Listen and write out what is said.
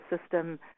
system